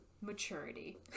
Maturity